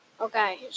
Okay